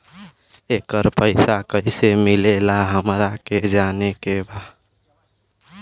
येकर पैसा कैसे मिलेला हमरा के जाने के बा?